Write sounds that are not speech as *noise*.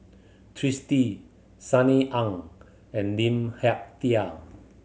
Twisstii Sunny Ang and Lim *unintelligible*